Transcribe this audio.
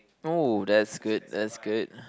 oh that's good that's good